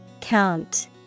Count